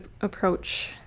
approach